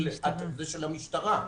זה של המשטרה.